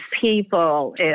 people